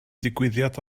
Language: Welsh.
ddigwyddiad